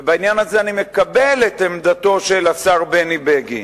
ובעניין הזה אני מקבל את עמדתו של השר בני בגין.